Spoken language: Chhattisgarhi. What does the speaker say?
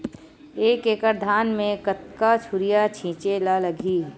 एक एकड़ धान में कतका यूरिया छिंचे ला लगही?